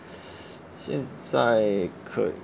现在可